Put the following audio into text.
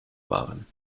waren